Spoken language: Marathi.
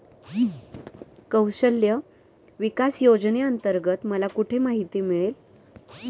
कौशल्य विकास योजनेअंतर्गत मला कुठे माहिती मिळेल?